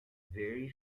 very